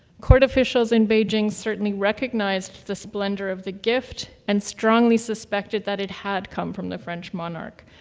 court officials in beijing certainly recognized the splendor of the gift and strongly suspected that it had come from the french monarch.